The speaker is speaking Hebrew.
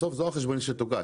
בסוף זו החשבונית שתוגש.